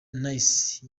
nice